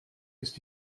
ist